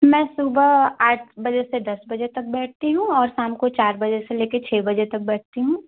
मैं सुबह आठ बजे से दस बजे तक बैठती हूँ और शाम को चार बजे से लेके छः बजे तक बैठती हूँ